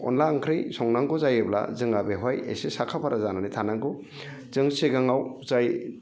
अनला ओंख्रि संनांगौ जायोब्ला जोंहा बेवहाय एसे साखाफारा जानानै थानांगौ जों सिगाङाव जाय